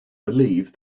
believe